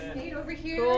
nate over here.